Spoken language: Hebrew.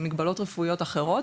למגבלות רפואיות אחרות,